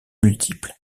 multiples